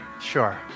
Sure